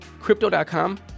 Crypto.com